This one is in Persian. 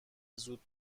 زود